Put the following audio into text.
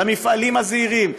למפעלים הזעירים,